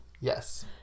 Yes